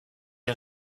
est